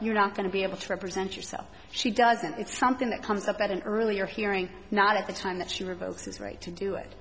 you're not going to be able to represent yourself she doesn't it's something that comes up at an earlier hearing not at the time that she revoked his right to do it